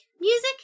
music